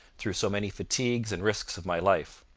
through so many fatigues and risks of my life.